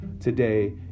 today